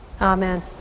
Amen